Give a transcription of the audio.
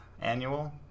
annual